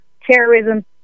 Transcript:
terrorism